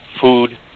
food